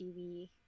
TV